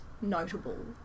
notable